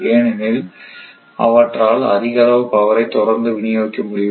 ஏனெனில் அவற்றால் அதிக அளவு பவரை தொடர்ந்து விநியோகிக்க முடியும்